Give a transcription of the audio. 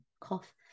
cough